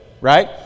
Right